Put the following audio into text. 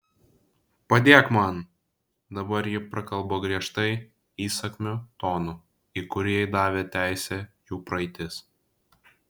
padėk man dabar ji prakalbo griežtai įsakmiu tonu į kurį jai davė teisę jų praeitis